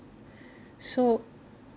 so